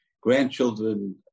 grandchildren